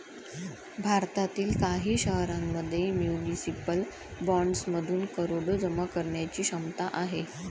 भारतातील काही शहरांमध्ये म्युनिसिपल बॉण्ड्समधून करोडो जमा करण्याची क्षमता आहे